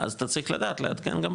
אז אתה צריך לדעת, לעדכן גם פה.